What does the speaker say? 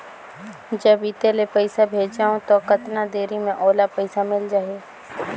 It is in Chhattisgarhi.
जब इत्ते ले पइसा भेजवं तो कतना देरी मे ओला पइसा मिल जाही?